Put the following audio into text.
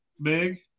big